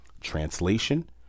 Translation